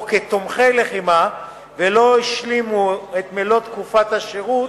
כתומכי לחימה ולא השלימו את מלוא תקופת השירות